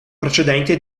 precedente